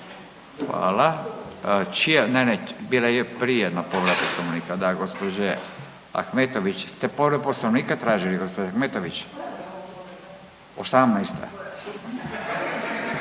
ne, bila je prije jedna povreda poslovnika da gospođe Ahmetović. Vi ste povredu poslovnika tražili gospođo Ahmetović? …/Upadica